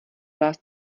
vás